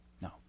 No